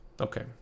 okay